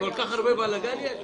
כל כך הרבה בלגן יש?